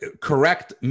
correct